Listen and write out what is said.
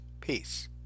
Peace